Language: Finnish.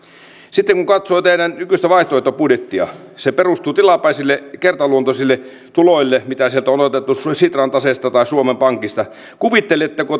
sitten kun kun katsoo teidän nykyistä vaihtoehtobudjettianne se perustuu tilapäisille kertaluontoisille tuloille mitä sieltä on otettu sitran taseesta tai suomen pankista kuvitteletteko